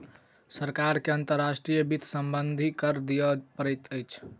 सरकार के अंतर्राष्ट्रीय वित्त सम्बन्धी कर दिअ पड़ैत अछि